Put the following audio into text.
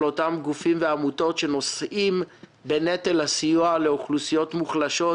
אותם גופים ועמותות שנושאים בנטל הסיוע לאוכלוסיות מוחלשות,